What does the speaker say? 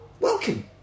Welcome